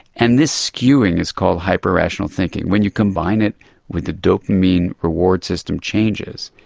and this skewing is called hyper-rational thinking. when you combine it with the dopamine reward system changes,